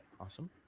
awesome